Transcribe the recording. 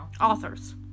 Authors